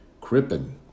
Crippen